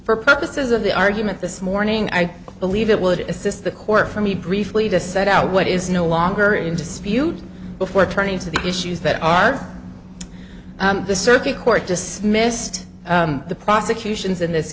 for purposes of the argument this morning i believe it would assist the court for me briefly to set out what is no longer in dispute before turning to the issues that are the circuit court dismissed the prosecutions in this